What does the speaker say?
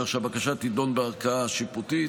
כך שהבקשה תידון בערכאה השיפוטית.